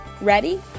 Ready